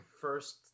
first